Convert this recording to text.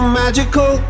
magical